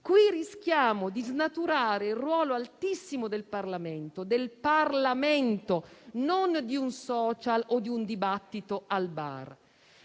Qui rischiamo di snaturare il ruolo altissimo del Parlamento, e sottolineo del Parlamento, non di un *social* o di un dibattito al bar.